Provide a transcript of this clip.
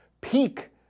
peak